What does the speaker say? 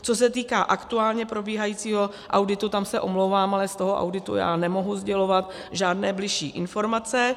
Co se týká aktuálně probíhajícího auditu tam se omlouvám, ale z toho auditu já nemohu sdělovat žádné bližší informace.